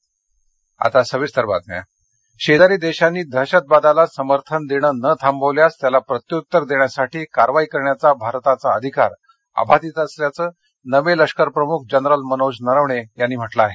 general Naravane शेजारी देशांनी दहशतवादाला समर्थन देणं न थांबवल्यास त्याला प्रत्युत्तर देण्यासाठी कारवाई करण्याचा भारताचा अधिकार अबाधित असल्याचं नवे लष्करप्रमुख जनरल मनोज नरवणे यांनी म्हटलं आहे